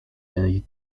tej